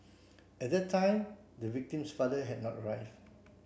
at that time the victim's father had not arrive